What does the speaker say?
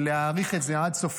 להאריך את זה עד סוף